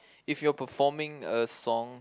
if you're performing a song